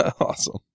Awesome